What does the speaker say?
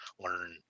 learn